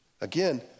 Again